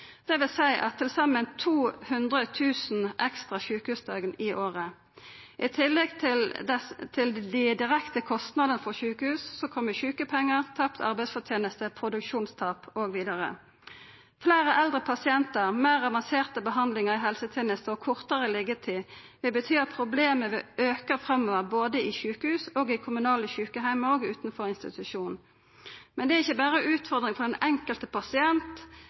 til saman 200 000 ekstra sjukehusdøgn i året. I tillegg til dei direkte kostnadene for sjukehusa, kjem sjukepengar, tapt arbeidsforteneste, produksjonstap osv. Fleire eldre pasientar, meir avanserte behandlingar i helsetenesta og kortare liggjetid vil bety at problemet vil auka framover, både i sjukehus og i kommunale sjukeheimar og utanfor institusjonane. Men dette er ikkje berre ei utfordring for den enkelte pasient